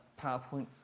PowerPoint